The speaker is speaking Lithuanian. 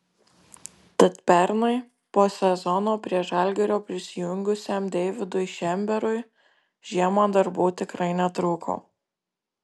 tad pernai po sezono prie žalgirio prisijungusiam deividui šemberui žiemą darbų tikrai netrūko